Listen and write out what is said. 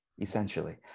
essentially